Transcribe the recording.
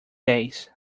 days